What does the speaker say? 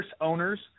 owners